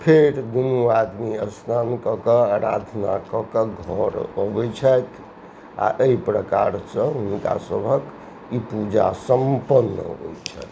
फेर दुन्नू आदमी स्नान कऽ कऽ आराधना कऽ कऽ अपना घर अबै छथि आओर एहि प्रकारसँ हुनका सभहक ई पूजा सम्पन्न होइ छन्हि